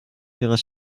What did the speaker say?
ihres